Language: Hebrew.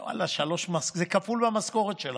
ואללה, שלוש משכורות, זה כפול מהמשכורת שלה.